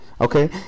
okay